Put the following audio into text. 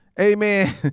Amen